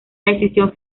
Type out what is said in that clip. decisión